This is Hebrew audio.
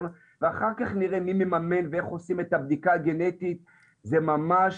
ואחר כך נראה מי מממן ואיך עושים את הבדיקה הגנטית.." וממש,